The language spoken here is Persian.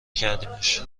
کردیمش